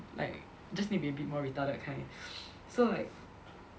like just need to be a bit more retarded kind so like